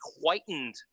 whitened